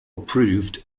approved